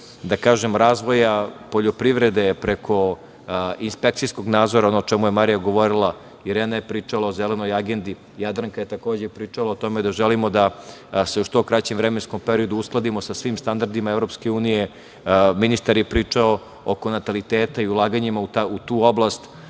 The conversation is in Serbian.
od razvoja poljoprivrede, preko inspekcijskog nadzora, ono o čemu je Marija govorila. Irena je pričala o Zelenoj agendi, Jadranka je takođe pričala o tome da želimo da se u što kraćem vremenskom periodu uskladimo sa svim standardima EU, ministar je pričao oko nataliteta i ulaganjima u tu oblast.